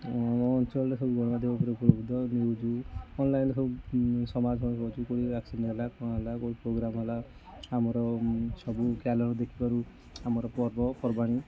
ଆମ ଅଞ୍ଚଳରେ ସବୁ ଖେଳ କୁଦ ନ୍ୟୁଜ୍ ଅନଲାଇନ୍ରେ ସବୁ ସମାଜ କେଉଁଠି ଆକ୍ସିଡ଼େଣ୍ଟ ହେଲା କ'ଣ ହେଲା କେଉଁଠି ପୋଗ୍ରାମ୍ ହେଲା ଆମର ସବୁ ଦେଖି ପାରୁ ଆମର ପର୍ବପର୍ବାଣି